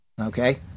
okay